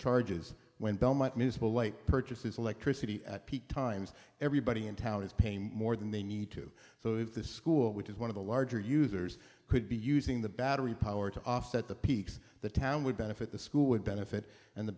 charges when belmont municipal light purchases electricity at peak times everybody in town is paying more than they need to so if the school which is one of the larger users could be using the battery power to offset the peaks the town would benefit the school would benefit and the